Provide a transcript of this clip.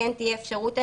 שכן תהיה אפשרות,